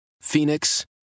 Phoenix